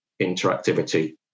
interactivity